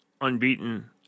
unbeaten